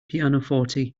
pianoforte